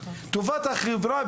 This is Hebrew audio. טובת החברה,